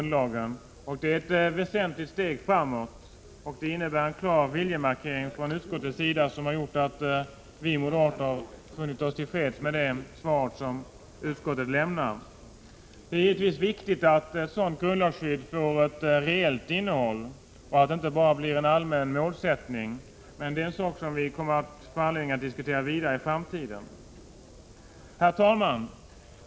Detta är ett väsentligt steg framåt och innebär en klar viljemarkering från utskottets sida. Därför har vi moderater varit till freds med utskottets skrivning. Det är givetvis viktigt att ett sådant grundlagskydd får ett reellt innehåll, så att det inte bara blir en allmän målsättning. Men detta är en sak som vi får anledning att diskutera framdeles. Herr talman!